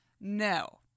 No